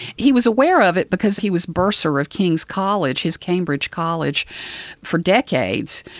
he was aware of it because he was bursar of kings college, his cambridge college for decades.